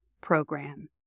program